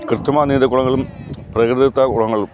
കൃത്രിമ നീന്തൽ കുളങ്ങളും പ്രകൃതിദത്ത കുളങ്ങളും